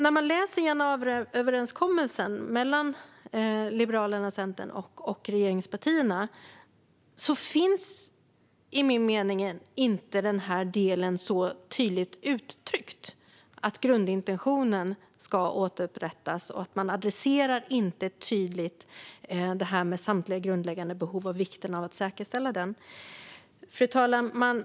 I januariöverenskommelsen mellan Liberalerna, Centerpartiet och regeringspartierna finns det, enligt min mening, inte tydligt uttryckt att grundintentionen ska återupprättas. Man adresserar inte tydligt samtliga grundläggande behov och vikten av att säkerställa dessa. Fru talman!